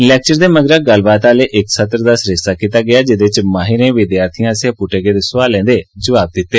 lecture दे मगरा गल्लबात आह्ले इक सत्र दा आयोजन कीता गेआ जेह्दे च माहिरें विद्यार्थिएं आसेआ पुट्टे गेदे सोआलें दे जवाब दित्ते